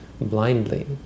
blindly